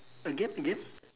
again again